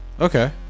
Okay